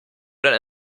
dein